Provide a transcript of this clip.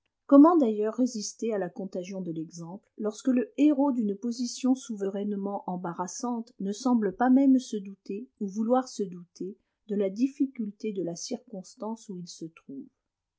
comment d'ailleurs résister à la contagion de l'exemple lorsque le héros d'une position souverainement embarrassante ne semble pas même se douter ou vouloir se douter de la difficulté de la circonstance où il se trouve